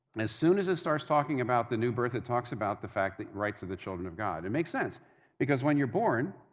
and as soon as it starts talking about the new birth, it talks about the fact, the rights of the children of god. it makes sense because, when you're born,